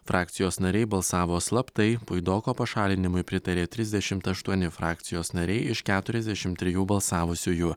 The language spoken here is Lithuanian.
frakcijos nariai balsavo slaptai puidoko pašalinimui pritarė trisdešimt aštuoni frakcijos nariai iš keturiasdešim trijų balsavusiųjų